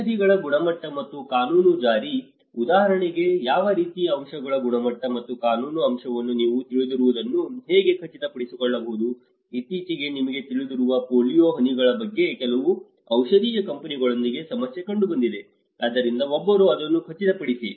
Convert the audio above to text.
ಔಷಧಗಳ ಗುಣಮಟ್ಟ ಮತ್ತು ಕಾನೂನು ಜಾರಿ ಉದಾಹರಣೆಗೆ ಯಾವ ರೀತಿಯ ಔಷಧಗಳ ಗುಣಮಟ್ಟ ಮತ್ತು ಕಾನೂನು ಅಂಶವನ್ನು ನೀವು ತಿಳಿದಿರುವುದನ್ನು ಹೇಗೆ ಖಚಿತಪಡಿಸಿಕೊಳ್ಳಬಹುದು ಇತ್ತೀಚೆಗೆ ನಿಮಗೆ ತಿಳಿದಿರುವ ಪೋಲಿಯೊ ಹನಿಗಳ ಬಗ್ಗೆ ಕೆಲವು ಔಷಧೀಯ ಕಂಪನಿಗಳೊಂದಿಗೆ ಸಮಸ್ಯೆ ಕಂಡುಬಂದಿದೆ ಆದ್ದರಿಂದ ಒಬ್ಬರು ಅದನ್ನು ಖಚಿತಪಡಿಸಿ